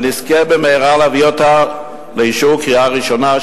ונזכה במהרה להביא אותו לאישור בקריאה ראשונה,